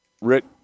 Rick